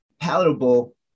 palatable